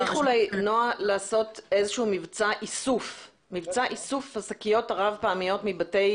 צריך אולי לעשות מבצע איסוף לשקיות הרב-פעמיות מבתי